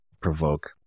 provoke